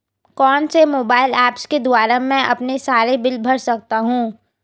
कौनसे mobile apps के द्वारा मैं अपने सारे बिल भर सकता हूं?